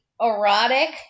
erotic